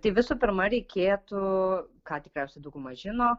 tai visų pirma reikėtų ką tikriausiai dauguma žino